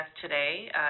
today